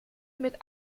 mit